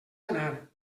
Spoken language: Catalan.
anar